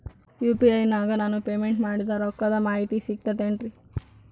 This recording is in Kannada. ಯು.ಪಿ.ಐ ನಾಗ ನಾನು ಪೇಮೆಂಟ್ ಮಾಡಿದ ರೊಕ್ಕದ ಮಾಹಿತಿ ಸಿಕ್ತದೆ ಏನ್ರಿ?